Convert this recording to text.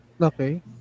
Okay